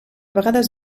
vegades